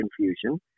confusion